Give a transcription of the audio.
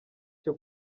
cyo